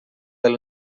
del